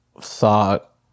thought